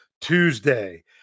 Tuesday